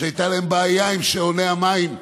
שהייתה להם בעיה עם שעוני המים,